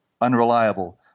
unreliable